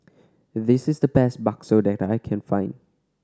this is the best bakso that I can find